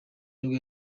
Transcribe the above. nibwo